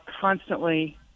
constantly